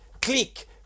click